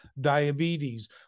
diabetes